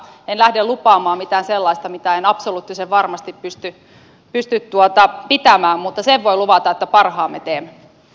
en lähde lupaamaan mitään sellaista mitä en absoluuttisen varmasti pysty pitämään mutta sen voin luvata että parhaani teen